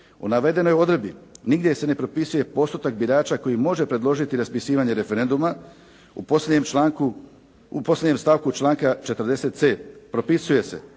U navedenoj odredbi nigdje se ne propisuje postotak birača koji može predložiti raspisivanje referenduma. U posljednjem stavku članka 40.c propisuje se